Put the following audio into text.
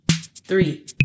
Three